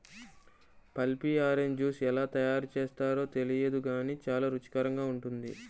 pulpy orange juice ఎలా తయారు చేస్తారో తెలియదు గానీ చాలా రుచికరంగా ఉంటుంది